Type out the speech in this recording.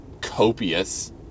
copious